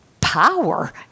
power